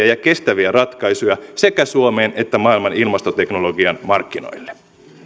ja kestäviä ratkaisuja sekä suomeen että maailman ilmastoteknologian markkinoille